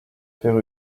père